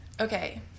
Okay